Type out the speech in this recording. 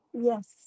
Yes